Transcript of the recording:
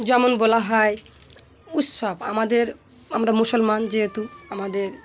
যেমন বলা হয় উৎসব আমাদের আমরা মুসলমান যেহেতু আমাদের